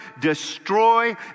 destroy